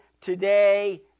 today